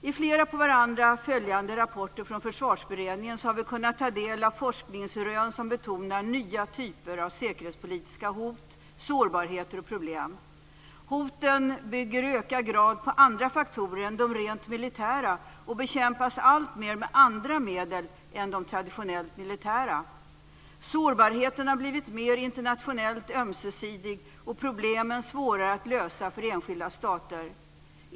I flera på varandra följande rapporter från Försvarsberedningen har vi kunnat ta del av forskningsrön som betonar nya typer av säkerhetspolitiska hot, sårbarheter och problem. Hoten bygger i ökad grad på andra faktorer än de rent militära och bekämpas alltmer med andra medel än de traditionellt militära. Sårbarheten har blivit mer internationellt ömsesidig och problemen svårare att lösa för enskilda stater.